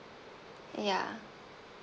ya